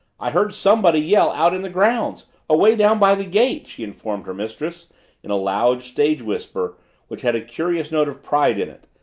i heard somebody yell out in the grounds away down by the gate! she informed her mistress in a loud stage whisper which had a curious note of pride in it,